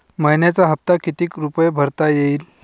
मइन्याचा हप्ता कितीक रुपये भरता येईल?